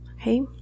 okay